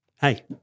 hey